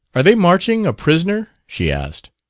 are they marching a prisoner? she asked.